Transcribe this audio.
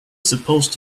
supposed